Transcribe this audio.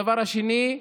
הדבר השני,